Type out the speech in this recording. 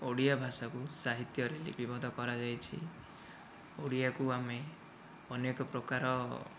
ଓଡ଼ିଆ ଭାଷାକୁ ସାହିତ୍ୟରେ ଲିପି ବଦ୍ଧ କରାଯାଇଛି ଓଡ଼ିଆକୁ ଆମେ ଅନେକ ପ୍ରକାର